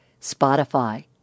Spotify